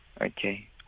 Okay